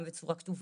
בצורה כתובה,